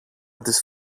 τις